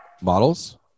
models